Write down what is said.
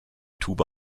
tube